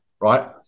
right